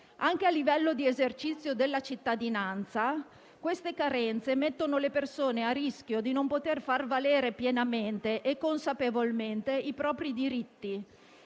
Anche a livello di esercizio della cittadinanza queste carenze mettono le persone a rischio di non poter far valere pienamente e consapevolmente i propri diritti,